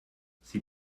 sie